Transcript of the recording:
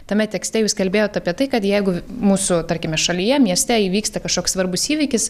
tame tekste jūs kalbėjot apie tai kad jeigu mūsų tarkime šalyje mieste įvyksta kažkoks svarbus įvykis